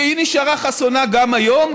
והיא נשארה חסונה גם היום,